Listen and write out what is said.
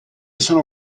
sono